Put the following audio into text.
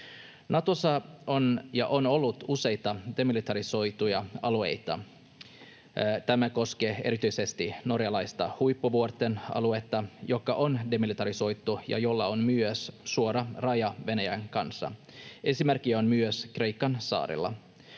Natossa on ja on ollut useita demilitarisoituja alueita. Tämä koskee erityisesti norjalaista Huippuvuorten aluetta, joka on demilitarisoitu ja jolla on myös suora raja Venäjän kanssa. Esimerkkejä on myös Kreikan saarilla.